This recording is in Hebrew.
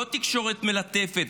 לא לתקשורת מלטפת,